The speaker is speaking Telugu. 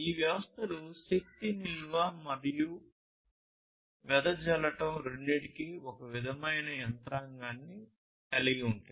ఈ వ్యవస్థలు శక్తి నిల్వ మరియు వెదజల్లడం రెండింటికీ ఒక విధమైన యంత్రాంగాన్ని కలిగి ఉంటాయి